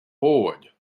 bored